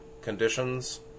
conditions